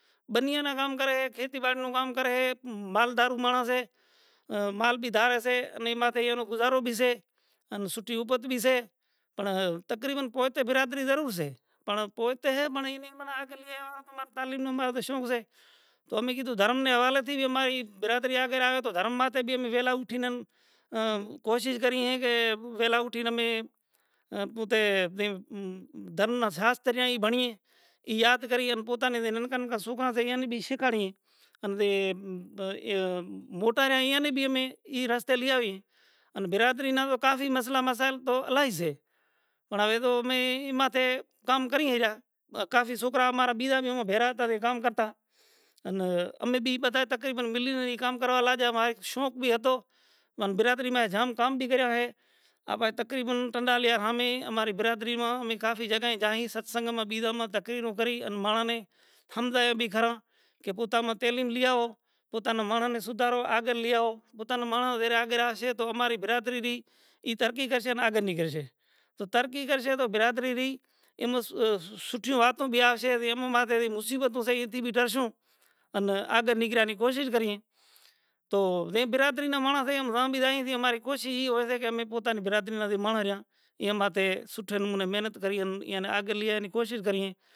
بننیان نا کام کرے ھے کھیتی باڑی نو کام کرے ھے مالداروں مانڑس ھے۔ مال بھی دھاوے سے اینا ایما تو گزارہ بھی سے۔ انی سوٹھی اوپر بھی سے۔ پڑں تقریباً پوئے تے برادری ضرور سے۔ پڑں انی من مارا تعلیم نو شوق سے۔ تو امے گھیدھوں دھرم نی ھوالے تھی اے مائی برادری آگڑ آوے تو دھرم ماتے بھی ویلا اٹھی نے کوشش کریئے کہ ویلا اٹھی نی امے اں ہوتائے نے ایم دھن نا ساس تھیرائی بھنڑیئے یاد کریئے ان پوتا نی انن کا صبح بھی زیکھاڑیئے موٹر ایاں بھی امے ای رستے لی آویئے۔ ان برادری نا کافی مسئلہ مسائل تو الائے سے۔ پڑں اوے تو امے اما تے کام کری ہیریاں۔ تو کافی سوکرا امارا بیجا بھی اوں بھیرا ھتا تے کام کرتا۔ ان امے بھی بتائے تقریباً میلینری کام کروا لاجا۔ امے شوق بھی ھتوں انا برادری ما اجام کام بھی کریا ھے۔ تقریباً تن داریاں ہمیں اماری برادری ما کافی جگہ جائیں۔ ستسنگ ما بیجا ما تقریروں کری ان ماڑں نے ھمجایئو بھی کرا کہ پوتا نا تعلیم لی آوں پوتا نے ماڑں نے سدھارو آگل لے آؤ تو پوتا نا ماڑن تے آگے آوشی تو امارای برادری تھی ترقی کرشے ان آگڑ نکل شے۔ تو ترقی کرشے تو برادری رہی شوٹھیوں ھتو بھی آوشے تو ایما مادے مصیبتوں سے بھی ڈرشوں۔ ان آگڑ نگلا نی کوشش کریئے۔ توں ایم برادری نا ماڑس ھے ہم جاں بھی جایئے ای ہماری کوشش ای ھووے سے کہ امے پوتانی برادری نا تی مڑاں رہیا ای ماٹے سوٹھے نو مونے محنت کریین اینا آگے لی انے نی کوشش کریئے۔